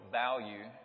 value